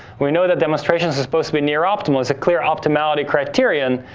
we know that demonstrations is supposed to near optimal. it's a clear optimality criterion,